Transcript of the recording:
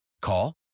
Call